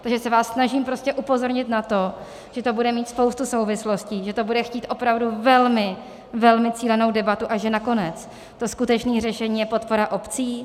Takže se vás snažím prostě upozornit na to, že to bude mít spoustu souvislostí, že to bude chtít opravdu velmi, velmi cílenou debatu a že nakonec to skutečné řešení je podpora obcí.